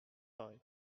paris